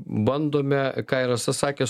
bandome ką ir rasa sakė